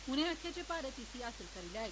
उनें आक्खेआ जे भारत इसी हासिल करी लैग